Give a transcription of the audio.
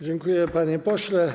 Dziękuję, panie pośle.